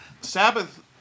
Sabbath